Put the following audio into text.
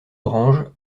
orange